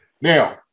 Now